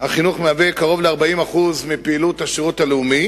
החינוך מהווה קרוב ל-40% מפעילות השירות הלאומי,